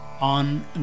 on